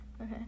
Okay